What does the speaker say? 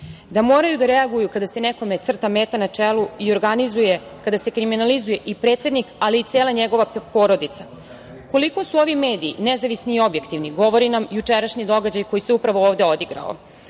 da moraju da reaguju kada se nekome crta meta na čelu i organizuje, kada se kriminalizuje i predsednik, ali i cela njegova porodica. Koliko su ovi mediji nezavisni i objektivni govori nam jučerašnji događaj koji se upravo ovde odigrao.